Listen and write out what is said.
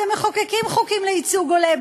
אתם מחוקקים חוקים לייצוג הולם,